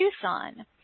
Tucson